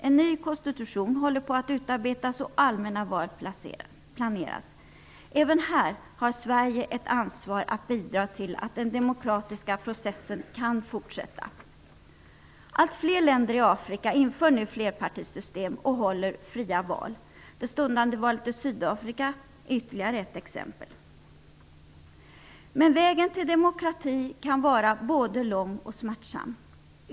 En ny konstitution håller på att utarbetas, och allmänna val planeras. Även här har Sverige ett ansvar att bidra till att den demokratiska processen kan fortsätta. Allt fler länder i Afrika inför nu flerpartisystem och håller fria val. Det stundande valet i Sydafrika är ytterligare ett exempel. Men vägen till demokrati kan vara både lång och smärtsam.